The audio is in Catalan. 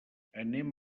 anem